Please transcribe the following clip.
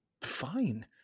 fine